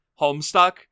Homestuck